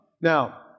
Now